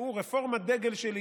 שהוא רפורמת הדגל שלי.